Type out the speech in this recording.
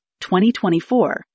2024